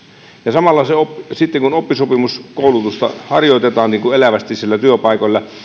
ja sitten kun oppisopimuskoulutusta harjoitetaan elävästi siellä työpaikoilla